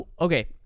Okay